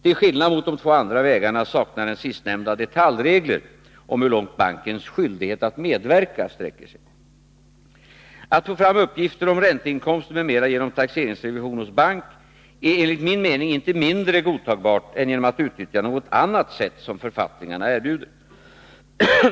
Till skillnad mot de två andra vägarna saknar den sistnämnda detaljregler om hur långt bankens skyldighet att medverka sträcker sig. Att få fram uppgifter om ränteinkomster m.m. genom taxeringsrevision hos bank är enligt min mening inte mindre godtagbart än genom att utnyttja något annat sätt som författningarna erbjuder.